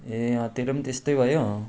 ए अँ तेरो पनि त्यस्तै भयो